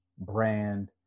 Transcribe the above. brand